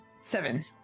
seven